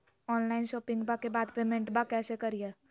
Online शोपिंग्बा के बाद पेमेंटबा कैसे करीय?